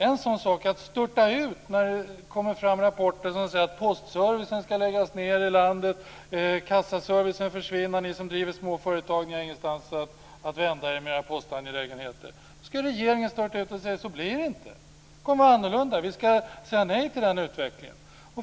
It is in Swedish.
En sådan sak är att störta ut när det kommer fram rapporter som säger att postservicen ska läggas ned i landet, kassaservicen försvinner, ni som driver småföretag har ingenstans att vända er med i postangelägenheter. Då skulle regeringen störta ut och säga att det inte blir så. Det kommer att bli annorlunda. Vi ska säga nej till den utvecklingen.